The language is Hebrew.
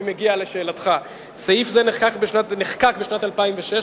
אני מגיע לשאלתך: סעיף זה נחקק בשנת 2006,